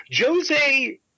Jose